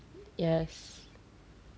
yes